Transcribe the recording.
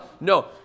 No